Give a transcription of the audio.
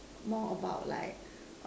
more about like